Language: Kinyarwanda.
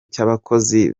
cy’abakozi